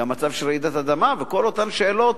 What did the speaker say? אלא גם מצב של רעידת אדמה וכל אותן שאלות